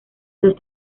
los